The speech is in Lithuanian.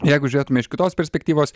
jeigu žiūrėtume iš kitos perspektyvos